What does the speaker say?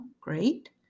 great